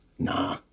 Nah